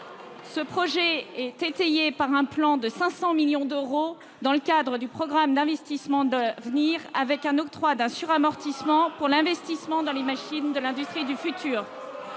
Ce projet est étayé par un plan de 500 millions d'euros dans le cadre du programme d'investissements d'avenir, avec l'octroi d'un suramortissement pour l'investissement dans les machines de l'industrie du futur.